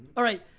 all right,